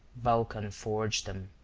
vulcan forged them.